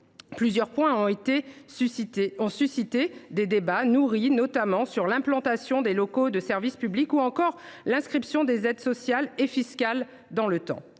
Plusieurs points ont suscité des débats nourris, notamment l’implantation des locaux de services publics ou encore l’inscription des aides sociales et fiscales dans le temps.